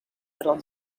little